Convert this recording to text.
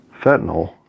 fentanyl